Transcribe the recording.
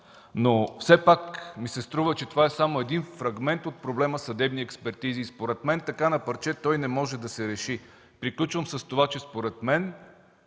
но все пак ми се струва, че това е само един фрагмент от проблема „Съдебни експертизи”. Според мен така, на парче, той не може да се реши. Приключвам с това, че според мен